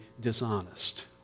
dishonest